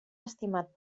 estimat